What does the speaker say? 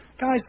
Guys